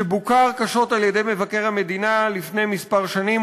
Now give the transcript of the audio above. שבוקר קשות על-ידי מבקר המדינה לפני כמה שנים,